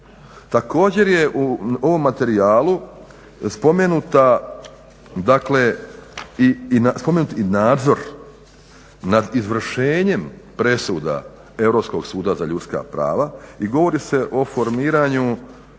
Također je u ovom materijalu spomenut i nadzor nad izvršenjem presuda Europskog suda za ljudska prava i govori se o formiranju